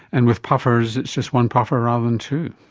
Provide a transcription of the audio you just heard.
and with puffers it's just one puffer rather than two.